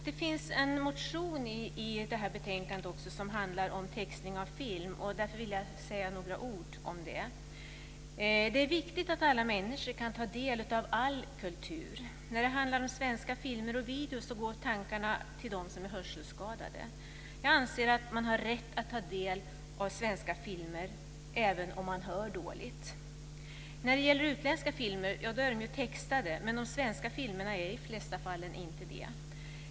Det finns en motion i betänkandet som handlar om textning av film. Därför vill jag säga några ord om det. Det är viktigt att alla människor kan ta del av all kultur. När det handlar om svenska filmer och videofilmer går tankarna till dem som är hörselskadade. Jag anser att man har rätt att ta del av svenska filmer även om man hör dåligt. Utländska filmer är textade, men de svenska filmerna är i de flesta fall inte det.